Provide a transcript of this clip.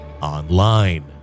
online